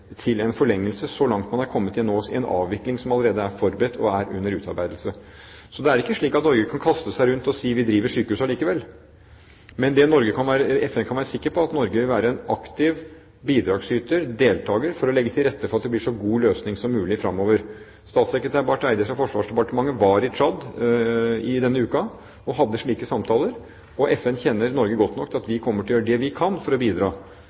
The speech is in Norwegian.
til en forlengelse, ut fra hvor langt man nå har kommet i en avvikling som allerede er forberedt og under utarbeidelse. Det er ikke slik at Norge kan kaste seg rundt og si at vi driver sykehuset allikevel. Men det FN kan være sikker på, er at Norge vil være en aktiv bidragsyter, en deltaker, i å legge til rette for at det blir en så god løsning som mulig fremover. Statssekretær Barth Eide i Forsvarsdepartementet var i Tsjad denne uken og hadde slike samtaler, og FN kjenner Norge godt nok til å vite at vi kommer til å gjøre det vi kan for å bidra.